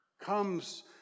comes